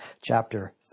chapter